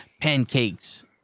pancakes